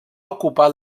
ocupar